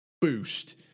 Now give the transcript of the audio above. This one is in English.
boost